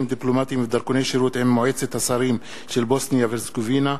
דיפלומטיים ובדרכוני שירות עם מועצת השרים של בוסניה והרצגובינה.